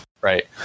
right